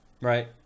Right